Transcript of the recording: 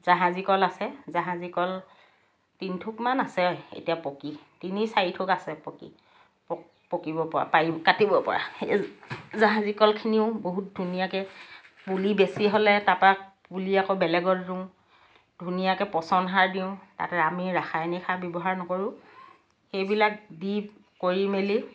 জাহাজী কল আছে জাহাজী কল তিনিথোকমান আছে এতিয়া পকি তিনি চাৰিথোক আছে পকি পকিব পৰা পাৰি কাটিব পৰা সেই জাহাজী কলখিনিও বহুত ধুনীয়াকৈ পুলি বেছি হ'লে তাপা পুলি আকৌ বেলেগত ৰুওঁ ধুনীয়াকৈ পচনসাৰ দিওঁ তাত আমি ৰাসায়নিক সাৰ ব্যৱহাৰ নকৰোঁ সেইবিলাক দি কৰি মেলি